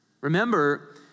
Remember